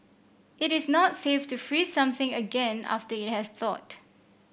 it is not safe to freeze something again after it has thawed